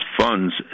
funds